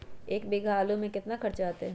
एक बीघा आलू में केतना खर्चा अतै?